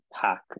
pack